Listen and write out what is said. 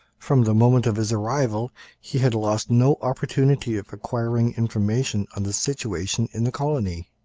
from the moment of his arrival he had lost no opportunity of acquiring information on the situation in the colony.